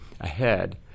ahead